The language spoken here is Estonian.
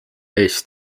eest